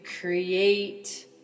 create